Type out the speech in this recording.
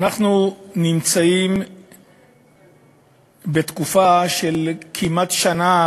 אנחנו נמצאים בתקופה של כמעט שנה